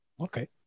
Okay